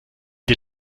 dir